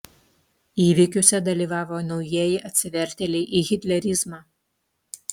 įvykiuose dalyvavo naujieji atsivertėliai į hitlerizmą